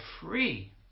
free